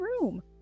room